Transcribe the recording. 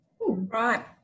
Right